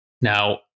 Now